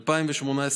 2018,